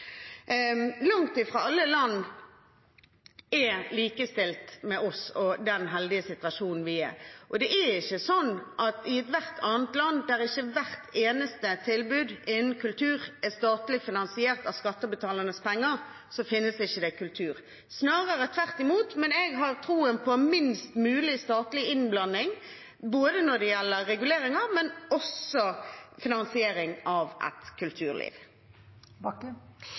Langt ifra alle land er likestilt med oss og den heldige situasjonen vi er i, og det er ikke sånn at det i ethvert annet land der ikke hvert eneste tilbud innen kultur er statlig finansiert av skattebetalernes penger, ikke finnes kultur, snarere tvert imot. Jeg har tro på minst mulig statlig innblanding når det gjelder regulering, men også finansiering av